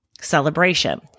celebration